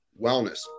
wellness